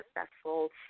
successful